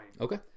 Okay